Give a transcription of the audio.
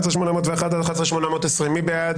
11,801 עד 11,820, מי בעד?